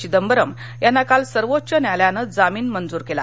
चिदंबरम् यांना काल सर्वोच्च न्यायालयानं जामीन मंजूर केला